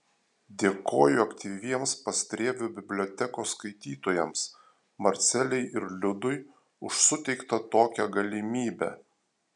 dėkoju aktyviems pastrėvio bibliotekos skaitytojams marcelei ir liudui už suteiktą tokią galimybę